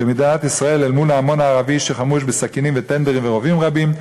של מדינת ישראל מול ההמון הערבי שחמוש בסכינים וטנדרים ורובים רבים,